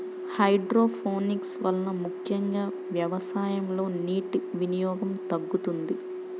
hydroponics వలన ముఖ్యంగా వ్యవసాయంలో నీటి వినియోగం తగ్గుతుంది